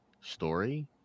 story